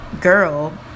girl